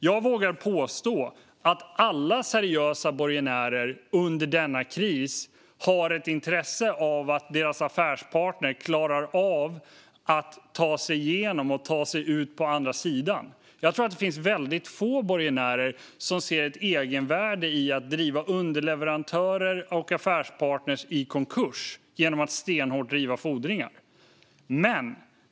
Jag vågar påstå att alla seriösa borgenärer under denna kris har ett intresse av att deras affärspartner klarar av att ta sig igenom och ta sig ut på andra sidan. Jag tror att det finns väldigt få borgenärer som ser ett egenvärde i att driva underleverantörer och affärspartner i konkurs genom att stenhårt driva fordringar.